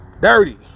dirty